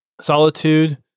Solitude